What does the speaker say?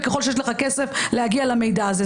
וככל שיש לך כסף להגיע למידע הזה,